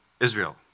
Israel